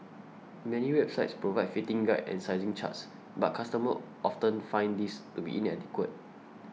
many websites provide fitting guides and sizing charts but customers often find these to be inadequate